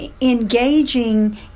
Engaging